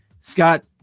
Scott